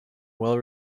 well